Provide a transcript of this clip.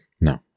no